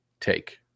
take